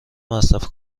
مصرف